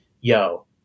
Yo